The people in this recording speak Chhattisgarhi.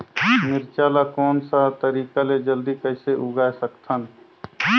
मिरचा ला कोन सा तरीका ले जल्दी कइसे उगाय सकथन?